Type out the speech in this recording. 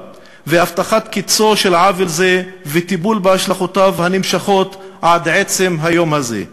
והבטחת קצו של עוול זה וטיפול בהשלכותיו הנמשכות עד עצם היום הזה,